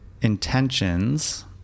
intentions